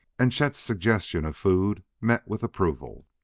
and chet's suggestions of food met with approval.